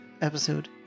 episode